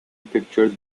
pictured